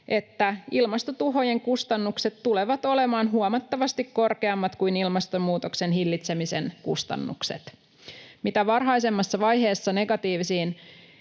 että ilmastotuhojen kustannukset tulevat olemaan huomattavasti korkeammat kuin ilmastonmuutoksen hillitsemisen kustannukset. Mitä varhaisemmassa vaiheessa negatiiviseen